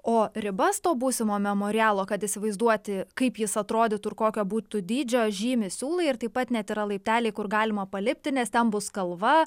o ribas to būsimo memorialo kad įsivaizduoti kaip jis atrodytų ir kokio būtų dydžio žymi siūlai ir taip pat net yra laipteliai kur galima palipti nes ten bus kalva